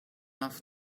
off